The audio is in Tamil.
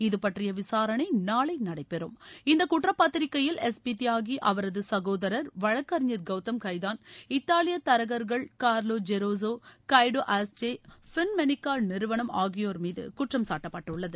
இது பற்றிய விசாரணை நாளை நடைபெறும் இந்த குற்றப் பத்திரிகையில் எஸ் பி தியாகி அவரது சகோதரர் வழக்கறிஞர் கௌதம் கைதான் இத்தாலிய தரகங்கள் Carlo Gerosa Guido Haschke Finmeccanica நிறுவனம் ஆகியோர் மீது குற்றம்சாட்டப்பட்டுள்ளது